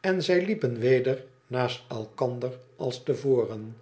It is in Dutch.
en zij liepen weder naast elkander als te voren